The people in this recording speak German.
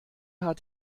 hat